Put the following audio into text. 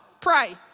pray